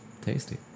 tasty